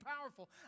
powerful